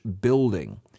building